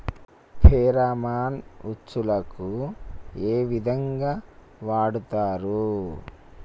Pheromone ఉచ్చులకు ఏ విధంగా వాడుతరు?